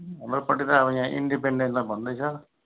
हाम्रोपट्टि त अब यहाँ इन्डिपेन्डेन्टलाई भन्दैछ